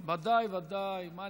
אה, אדוני, אדוני, ודאי, ודאי.